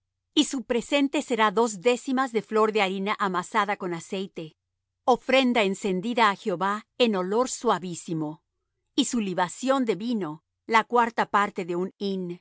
y su presente será dos décimas de flor de harina amasada con aceite ofrenda encendida á jehová en olor suavísimo y su libación de vino la cuarta parte de un